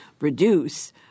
reduce